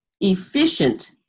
efficient